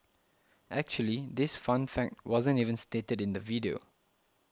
actually this fun fact wasn't even stated in the video